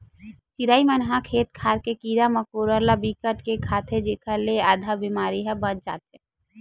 चिरई मन ह खेत खार के कीरा मकोरा ल बिकट के खाथे जेखर ले आधा बेमारी ह बाच जाथे